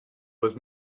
was